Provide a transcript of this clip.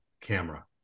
camera